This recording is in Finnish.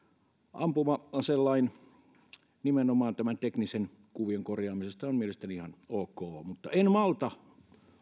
ampuma aselain ja nimenomaan tämän teknisen kuvion korjaamisesta on mielestäni ihan ok mutta en malta